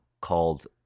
called